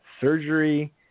surgery